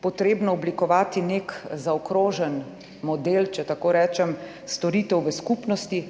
potrebno oblikovati nek zaokrožen model, če tako rečem, storitev v skupnosti.